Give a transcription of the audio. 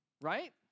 right